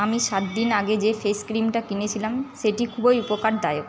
আমি সাতদিন আগে যে ফেসক্রিমটা কিনেছিলাম সেটি খুবই উপকারদায়ক